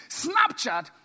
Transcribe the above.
snapchat